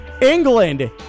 England